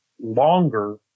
longer